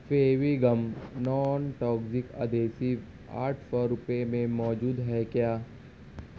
فیوی گم non toxic adhesive آٹھ سو روپے میں موجود ہے کیا